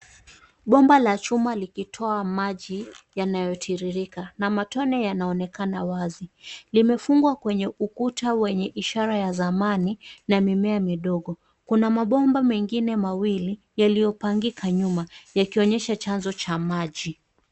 Bomba la chuma likitoa maji yanayotiririka na matone yanaonekana wazi. Limefungwa kwenye ukuta wenye ishara ya zamani na mimea midogo. Kuna mabomba mengine mawili, yaliyopangika nyuma yakionyesha chanzo cha maji.